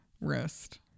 wrist